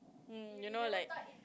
mm you know like